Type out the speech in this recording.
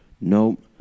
Nope